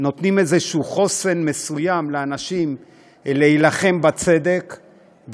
נותנים איזשהו חוסן לאנשים להילחם בצדק,